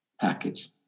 package